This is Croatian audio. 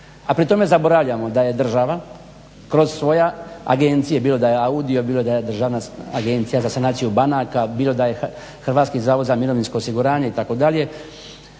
a pri tome zaboravljamo da je država kroz svoje agencije bilo da je Audio bilo da je Državna agencija za sanaciju banaka, bilo da je HZMO itd. vlasnik oko 80% više od